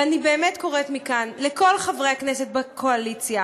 ואני באמת קוראת מכאן לכל חברי הכנסת בקואליציה: